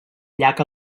llac